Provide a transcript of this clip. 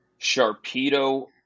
Sharpedo